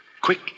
quick